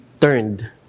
turned